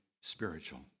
spiritual